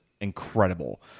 incredible